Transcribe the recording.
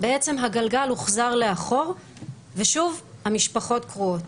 בעצם הגלגל הוחזר לאחור ושוב המשפחות קרועות.